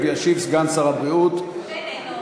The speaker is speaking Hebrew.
ישיב סגן שר הבריאות, שאיננו.